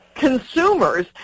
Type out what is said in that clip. consumers